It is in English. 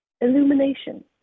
illumination